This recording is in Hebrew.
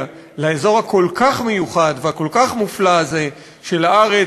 לאזור הכל-כך מיוחד והכל-כך מופלא הזה של הארץ,